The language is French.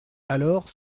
alors